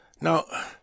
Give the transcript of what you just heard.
Now